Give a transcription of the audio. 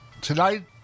tonight